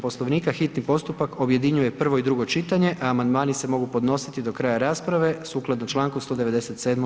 Poslovnika hitni postupak objedinjuje prvo i drugo čitanje, a amandmani se mogu podnositi do kraja rasprave, sukladno članku 197.